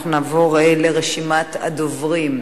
אנחנו נעבור לרשימת הדוברים.